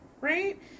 right